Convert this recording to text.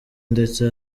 ndetse